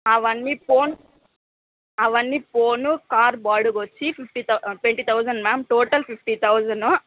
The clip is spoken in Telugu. అవన్నీ పోను అవన్నీ పోను కార్ బాడుగ వచ్చి fifty thousand twenty thousand ma'am total fifty thousand